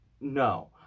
No